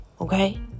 okay